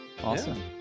Awesome